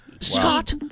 Scott